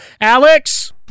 Alex